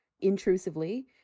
intrusively